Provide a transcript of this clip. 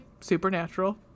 Supernatural